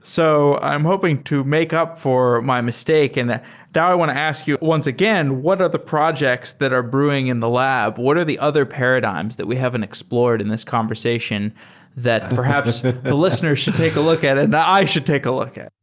so i'm hoping to make up for my mistake. and ah now i want to ask you once again, what are the projects that brewing in the lab? what are the other paradigms that we haven't explored in this conversation that perhaps the listeners should take a look at and i should take a look at?